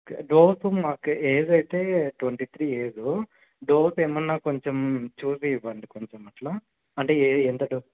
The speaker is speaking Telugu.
ఓకే డోస్ మాకు ఏజ్ అయితే ట్వెంటీ త్రీ ఏజు డోస్ ఏమైనా కొంచెం చూసి ఇవ్వండి కొంచెం అట్లా అంటే ఏ అంటే ఎంత డోస్